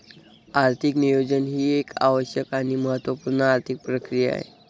आर्थिक नियोजन ही एक आवश्यक आणि महत्त्व पूर्ण आर्थिक प्रक्रिया आहे